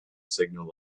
signal